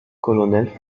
colonel